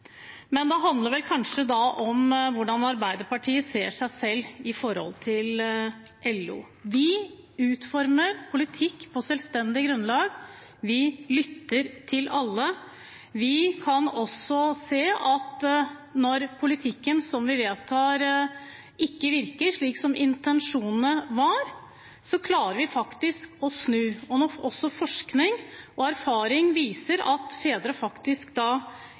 Men det handler vel kanskje da om hvordan Arbeiderpartiet ser seg selv i forhold til LO. Vi utformer politikk på selvstendig grunnlag. Vi lytter til alle. Vi kan også se at når politikken vi vedtar, ikke virker slik som intensjonen var, klarer vi faktisk å snu. Når også forskning og erfaring viser at fedre faktisk